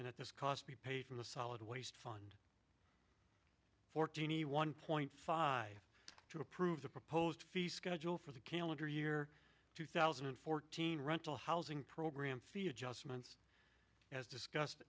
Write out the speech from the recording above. and at this cost be paid from the solid waste fortini one point five to approve the proposed fee schedule for the calendar year two thousand and fourteen rental housing program fee adjustments as discussed